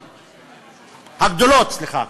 הגדולות, סליחה.